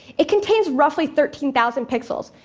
it contains roughly thirteen thousand pixels,